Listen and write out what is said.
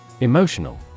Emotional